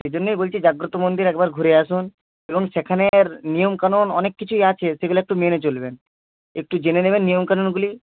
সেজন্যই বলছি জাগ্রত মন্দির একবার ঘুরে আসুন এবং সেখানের নিয়মকানুন অনেক কিছুই আছে সেগুলা একটু মেনে চলবেন একটু জেনে নেবেন নিয়মকানুনগুলি